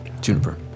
Juniper